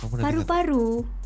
paru-paru